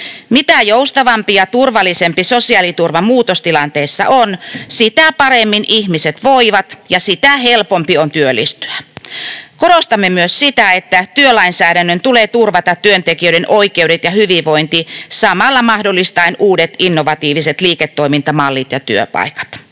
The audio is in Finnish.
Mitä joustavampi ja turvallisempi sosiaaliturva muutostilanteissa on, sitä paremmin ihmiset voivat ja sitä helpompi on työllistyä. Korostamme myös sitä, että työlainsäädännön tulee turvata työntekijöiden oikeudet ja hyvinvointi samalla mahdollistaen uudet, innovatiiviset liiketoimintamallit ja työpaikat.